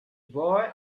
boy